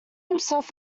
himself